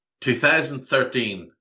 2013